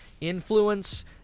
Influence